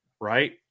Right